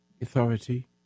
authority